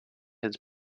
his